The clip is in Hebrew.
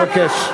אני מבקש.